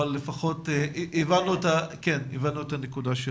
הבנו את הנקודה.